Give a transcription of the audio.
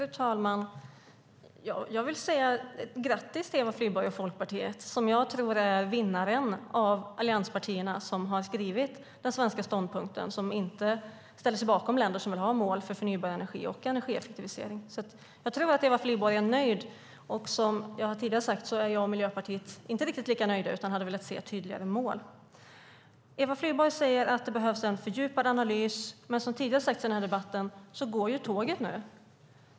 Fru talman! Jag vill säga grattis till Eva Flyborg och Folkpartiet, som jag tror är vinnaren av allianspartierna som har skrivit den svenska ståndpunkten. Den ställer sig inte bakom länder som vill ha mål för förnybar energi och energieffektivisering. Jag tror att Eva Flyborg är nöjd. Som jag tidigare har sagt är jag och Miljöpartiet inte riktigt lika nöjda utan hade velat se tydligare mål. Eva Flyborg säger att det behövs en fördjupad analys. Som tidigare har sagts i debatten går tåget nu.